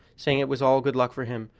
saying it was all good luck for him,